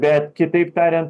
bet kitaip tarian